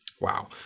Wow